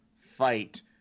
fight